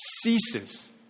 ceases